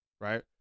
right